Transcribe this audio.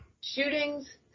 Shootings